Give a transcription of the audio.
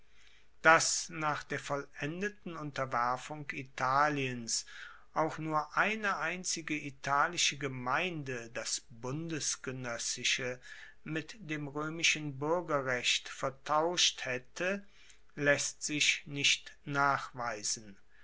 dass nach der vollendeten unterwerfung italiens auch nur eine einzige italische gemeinde das bundesgenoessische mit dem roemischen buergerrecht vertauscht haette laesst sich nicht nachweisen